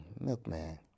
milkman